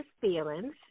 feelings